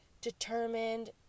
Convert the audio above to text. determined